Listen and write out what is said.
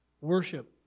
Worship